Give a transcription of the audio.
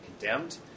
condemned